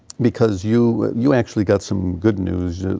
because you you actually got some good news.